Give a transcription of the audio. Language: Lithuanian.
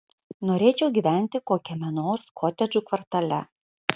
norėčiau gyventi kokiame nors kotedžų kvartale